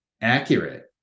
accurate